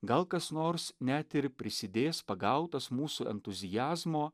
gal kas nors net ir prisidės pagautas mūsų entuziazmo